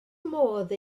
modd